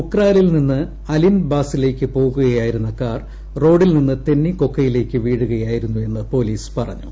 ഉക്രാലിൽ നിന്ന് അലിൻബാസിലേക്ക് പോകുകയായിരുന്ന കാർ റോഡിൽ നിന്ന് തെന്നി കൊക്കയിലേക്ക് വീഴുകയായിരുന്നു എന്ന് പോലീസ് പറഞ്ഞു